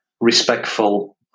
respectful